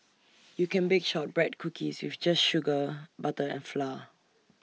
you can bake Shortbread Cookies with just sugar butter and flour